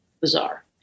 bizarre